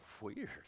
weird